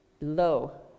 low